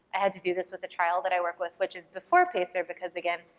i had to do this with a trial that i work with, which is before pacer because, again,